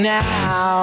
now